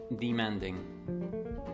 demanding